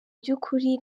by’ukuri